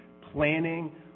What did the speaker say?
planning